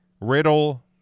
Riddle